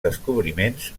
descobriments